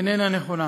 איננה נכונה.